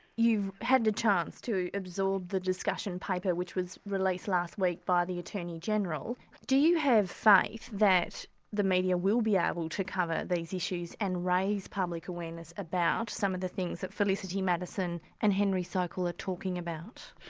you've had the chance to absorb the discussion paper which was released last week by the attorney-general do you have faith that the media will be able to cover these issues and raise public awareness about some of the things that felicity madison and henry sokal are talking about?